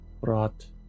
brought